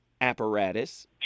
apparatus